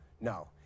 No